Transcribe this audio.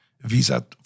visa